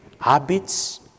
Habits